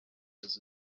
has